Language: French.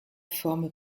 forme